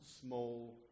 small